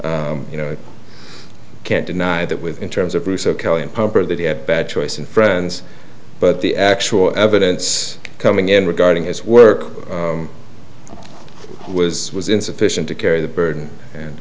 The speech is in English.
you know can't deny that with in terms of bruce kelley improper that he had bad choice and friends but the actual evidence coming in regarding his work was was insufficient to carry the burden